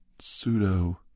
pseudo